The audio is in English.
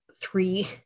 three